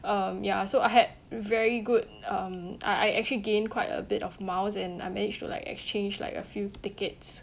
um ya so I had very good um I I actually gained quite a bit of miles and I managed to like exchange like a few tickets